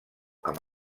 amb